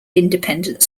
independent